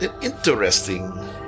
interesting